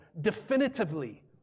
definitively